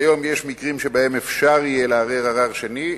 כיום יש מקרים שבהם אפשר יהיה לערער ערר שני.